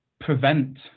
prevent